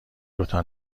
دوتا